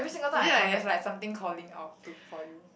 is it like there's like something calling out to for you